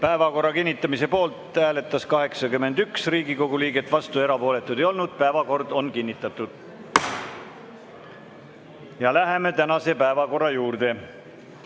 Päevakorra kinnitamise poolt hääletas 81 Riigikogu liiget, vastuolijaid ega erapooletuid ei olnud. Päevakord on kinnitatud. Ja läheme tänase päevakorra juurde.